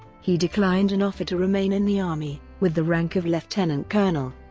he declined an offer to remain in the army, with the rank of lieutenant colonel,